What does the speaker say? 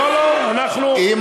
לא, לא, אנחנו, זו זכותו.